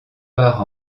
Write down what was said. par